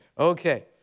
Okay